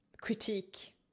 critique